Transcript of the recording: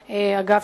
אגב,